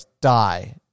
die